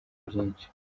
byinshi